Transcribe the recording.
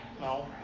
No